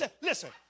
Listen